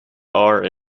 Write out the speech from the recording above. are